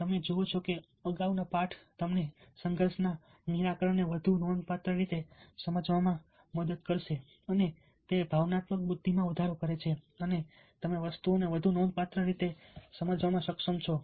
તમે જુઓ છો કે અગાઉના પાઠ તમને સંઘર્ષના નિરાકરણને વધુ નોંધપાત્ર રીતે સમજવામાં મદદ કરે છે અને તે ભાવનાત્મક બુદ્ધિમાં વધારો કરે છે અને તમે વસ્તુઓને વધુ નોંધપાત્ર રીતે સમજવામાં સક્ષમ છો